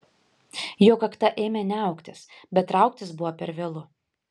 jo kakta ėmė niauktis bet trauktis buvo per vėlu